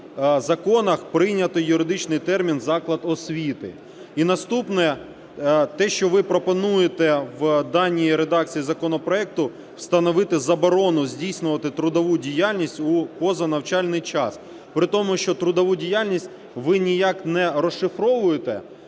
законах прийнято юридичний термін "заклад освіти". І наступне – те, що ви пропонуєте в даній редакції законопроекту встановити заборону здійснювати трудову діяльність у поза навчальний час. Притому, що трудову діяльність ви ніяк не розшифровуєте,